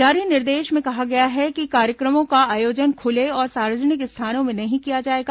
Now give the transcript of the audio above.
जारी निर्देश में कहा गया है कि कार्यक्रमों का आयोजन खुले और सार्वजनिक स्थानों में नहीं किया जाएगा